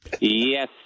Yes